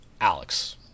Alex